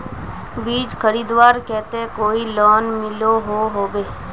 बीज खरीदवार केते कोई लोन मिलोहो होबे?